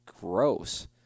gross